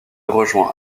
rejoint